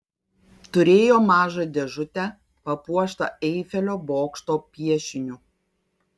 turėjo mažą dėžutę papuoštą eifelio bokšto piešiniu